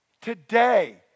Today